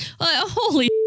Holy